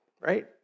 right